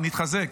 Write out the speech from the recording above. נתחזק.